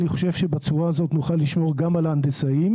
אני חושב שבצורה הזאת נוכל לשמור גם על ההנדסאים.